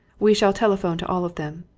we shall telephone to all of them.